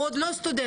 הוא עוד לא סטודנט,